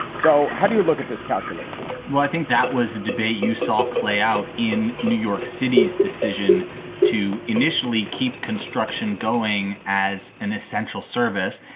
so how do you look at this calculation? well, i think that was the debate you saw play out in new york city's decision to initially keep construction going as an essential service.